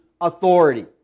authority